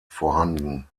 vorhanden